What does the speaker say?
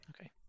Okay